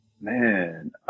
Man